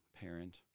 parent